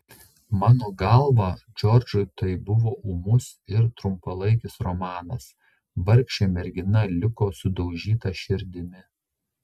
mano galva džordžui tai buvo ūmus ir trumpalaikis romanas vargšė mergina liko sudaužyta širdimi